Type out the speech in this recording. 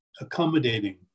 accommodating